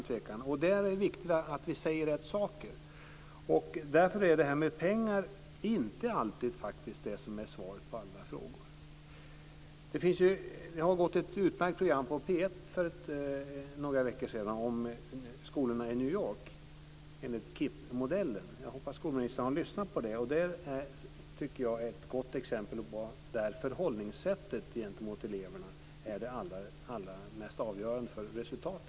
Därför är det viktigt att vi säger rätt saker. Det här med pengar är inte alltid svaret på alla frågor. Det har gått ett utmärkt program på radions P 1 för några veckor sedan om skolorna i New York enligt KIPP-modellen. Jag hoppas att skolministern har lyssnat på det. Det tycker jag är ett gott exempel på att förhållningssättet gentemot eleverna är det allra mest avgörande för resultatet.